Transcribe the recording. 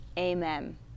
Amen